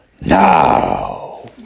Now